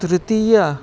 तृतीय